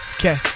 Okay